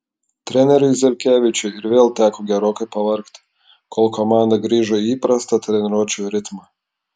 treneriui zelkevičiui ir vėl teko gerokai pavargti kol komanda grįžo į įprastą treniruočių ritmą